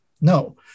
No